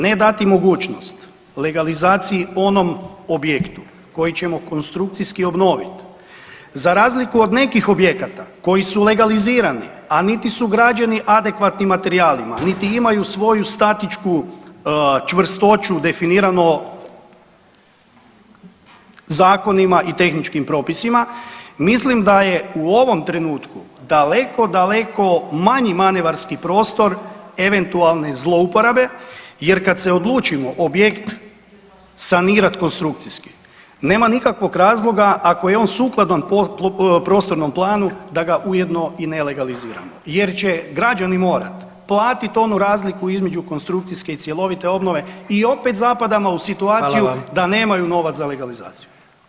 Ne dati mogućnost legalizaciji onom objektu koji ćemo konstrukcijski obnoviti, za razliku od nekih objekata koji su legalizirani, a niti su građeni adekvatnim materijalima niti imaju svoju statičku čvrstoću definirano zakonima i tehničkim propisima, mislim da je u ovom trenutku daleko, daleko manji manevarski prostor eventualne zlouporabe jer kad se odlučimo objekt sanirati konstrukcijski, nema nikakvog razloga, ako je on sukladan prostornom planu, da ga ujedno i ne legaliziramo jer će građani morati platiti onu razliku između konstrukcijske i cjelovite obnove i opet zapadamo u situaciju da [[Upadica: Hvala vam.]] nemaju novac za legalizaciju.